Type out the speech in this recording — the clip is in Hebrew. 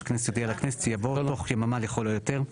הכנסת יודיע לכנסת' יבוא 'תוך יממה לכל היותר'.